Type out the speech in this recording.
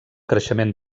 creixement